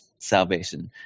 salvation